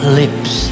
lips